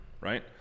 right